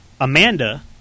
Amanda